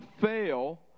fail